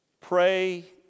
pray